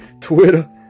Twitter